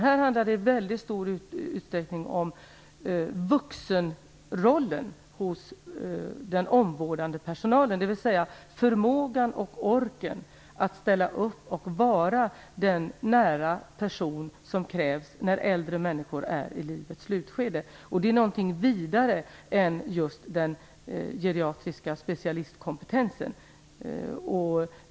Här handlar det i väldigt stor utsträckning om vuxenrollen hos den omvårdande personalen, dvs. förmågan och orken att ställa upp och vara den nära person som krävs när äldre människor är i livets slutskede. Det är någonting vidare än just den geriatriska specialistkompetensen.